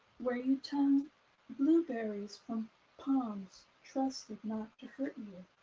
where you turn blueberries from palms trusted not to hurt you.